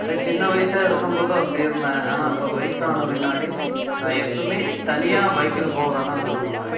அது சின்ன வயசாக இருக்கும் போதும் அப்படியே இருந்தேன் ஆனால் எப்போ வயசான பின்னாடி எப்போமே தனியாக பைக்கில போக தான் விரும்புவேன்